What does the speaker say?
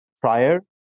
prior